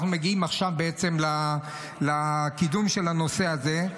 אנחנו מגיעים עכשיו לקידום של הנושא הזה.